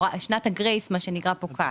שנת הגרייס פוקעת.